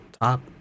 top